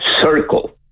circle